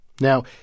Now